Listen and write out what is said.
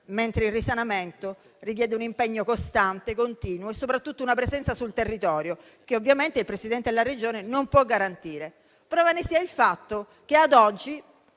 mentre il risanamento richiede un impegno costante, continuo e soprattutto una presenza sul territorio che ovviamente non può garantire. Prova ne sia il fatto che ad oggi